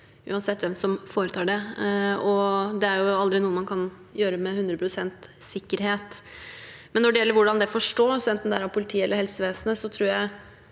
uansett hvem som foretar det, og det er aldri noe man kan gjøre med 100 pst. sikkerhet. Når det gjelder hvordan det forstås, enten det er av politiet eller helsevesenet, tror jeg